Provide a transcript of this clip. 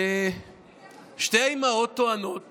ושתי אימהות שטוענות